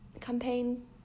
campaign